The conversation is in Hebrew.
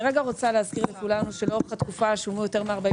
אני רוצה להזכיר לכולנו שלאורך התקופה שולמו יותר מ-40